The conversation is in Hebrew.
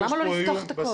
למה לא לפתוח את הכול?